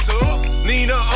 nina